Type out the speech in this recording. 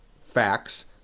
facts